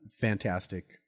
Fantastic